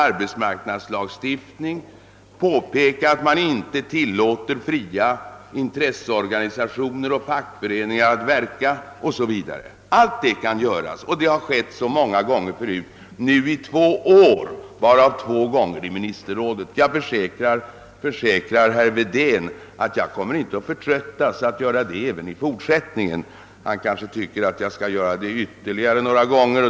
Jag ämnar inte avstå från att påpeka att man inte tillåter fria intresseorganisationer och fackföreningar att verka o.s. v. Allt detta kan göras, och det har skett så många gånger förut. Det har skett under två år, varav två gånger i ministerrådet. Jag kan försäkra herr Wedén att jag inte kommer att förtröttas att göra det även 1 fortsättningen. Han kanske tycker att jag skall göra det ytterligare några gånger.